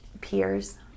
peers